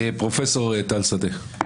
פרופ' טל שדה, בבקשה.